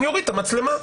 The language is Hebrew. אני אוריד את המצלמה.